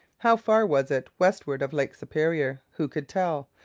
how far was it westward of lake superior? who could tell?